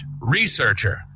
researcher